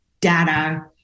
data